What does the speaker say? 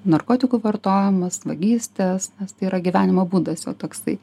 narkotikų vartojimas vagystės nes tai yra gyvenimo būdas jo toksai